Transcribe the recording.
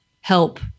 help